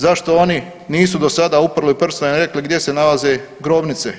Zašto oni nisu do sada uprli prstom i rekli gdje se nalaze grobnice.